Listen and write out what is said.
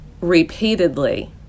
repeatedly